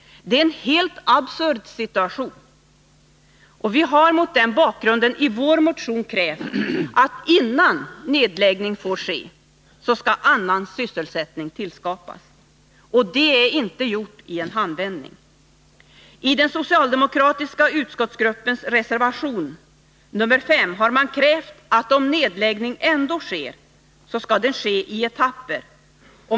Det är en helt absurd situation. Vi har mot den bakgrunden i vår motion krävt att innan nedläggning får ske, skall annan sysselsättning tillskapas. Det är inte gjort i en handvändning. I den socialdemokratiska utskottsgruppens reservation nr 5 har man krävt att om nedläggning ändå sker så skall den ske i etapper.